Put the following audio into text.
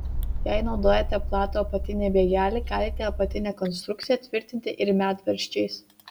jei naudojate platų apatinį bėgelį galite apatinę konstrukciją tvirtinti ir medvaržčiais